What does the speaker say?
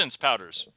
powders